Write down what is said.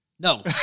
No